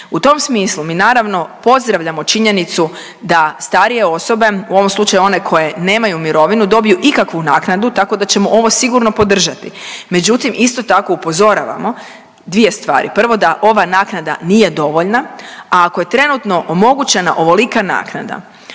U tom smislu mi naravno pozdravljamo činjenicu da starije osobe, u ovom slučaju one koje nemaju mirovinu, dobiju ikakvu naknadu, tako da ćemo ovo sigurno podržati. Međutim, isto tako upozoravamo dvije stvari, prvo da ova naknada nije dovoljna, a ako je trenutno omogućena ovolika naknada